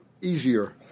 easier